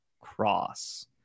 cross